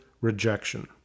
rejection